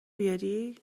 بیاری